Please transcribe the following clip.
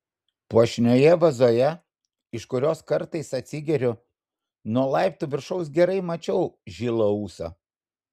puošnioje vazoje iš kurios kartais atsigeriu nuo laiptų viršaus gerai mačiau žilą ūsą